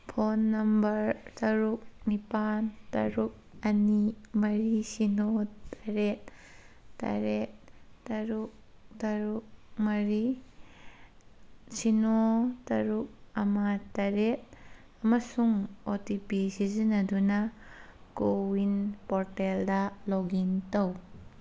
phone number ꯇꯔꯨꯛ ꯅꯤꯄꯥꯜ ꯇꯔꯨꯛ ꯑꯅꯤ ꯃꯔꯤ ꯁꯤꯅꯣ ꯇꯔꯦꯠ ꯇꯔꯦꯠ ꯇꯔꯨꯛ ꯇꯔꯨꯛ ꯃꯔꯤ ꯁꯤꯅꯣ ꯇꯔꯨꯛ ꯑꯃ ꯇꯔꯦꯠ ꯑꯃꯁꯨꯡ ꯑꯣ ꯇꯤ ꯄꯤ ꯁꯤꯖꯤꯟꯅꯗꯨꯅ ꯀꯣꯋꯤꯟ ꯄꯣꯔꯇꯦꯜꯗ ꯂꯣꯛꯏꯟ ꯇꯧ